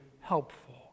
helpful